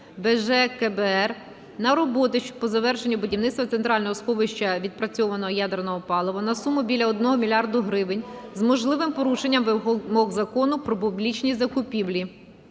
КБР" "на роботи по завершенню будівництва Центрального сховища відпрацьованого ядерного палива" на суму біля 1 мільярда гривень з можливим порушенням вимог Закону "Про публічні закупівлі".